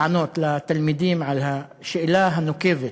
לענות לתלמידים על השאלה הנוקבת,